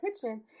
kitchen